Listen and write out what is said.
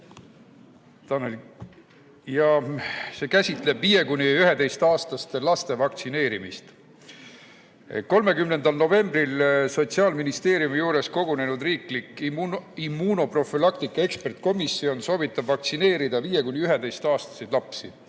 See käsitleb 5–11‑aastaste laste vaktsineerimist. 30. novembril Sotsiaalministeeriumi juures kogunenud riiklik immunoprofülaktika ekspertkomisjon soovitab vaktsineerida 5–11‑aastaseid lapsi